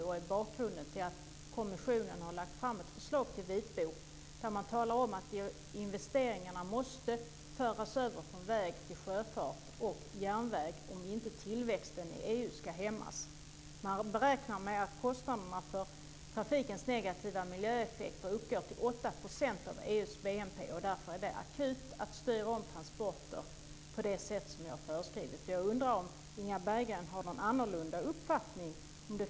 Det är bakgrunden till att kommissionen har lagt fram ett förslag till vitbok där man talar om att investeringarna måste föras över från väg till sjöfart och järnväg om inte tillväxten i EU ska hämmas. Man räknar med att kostnaderna för trafikens negativa miljöeffekter uppgår till 8 % av EU:s BNP. Därför är det akut att styra om transporter på det sätt som jag har beskrivit. Jag undrar om Inga Berggren har någon annorlunda uppfattning.